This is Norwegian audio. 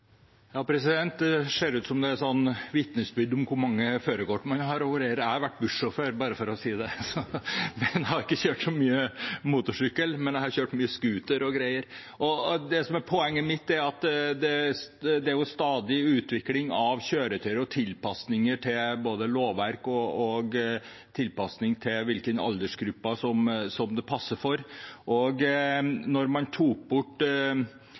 om hvor mange førerkort man har. Jeg har vært bussjåfør, bare for å si det. Jeg har ikke kjørt så mye motorsykkel, men jeg har kjørt mye scooter bl.a. Det som er poenget mitt, er at det er stadig utvikling av kjøretøyer og tilpasninger til både lovverk og hvilke aldersgrupper som det passer for. Da man i 1979 tok bort bilsjøførers rett til også å kunne kjøre lett motorsykkel, hadde det helt klart sin grunn: man